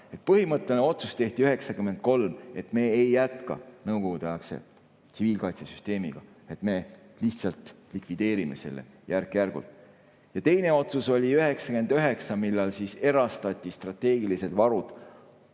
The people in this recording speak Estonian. Põhimõtteline otsus tehti 1993, et me ei jätka nõukogudeaegse tsiviilkaitsesüsteemiga, et me lihtsalt likvideerime selle järk-järgult. Teine otsus oli 1999, kui erastati tollased strateegilised varud,